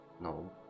No